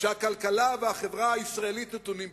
שהכלכלה והחברה הישראלית נתונות בתוכן.